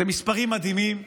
אלה מספרים מדהימים.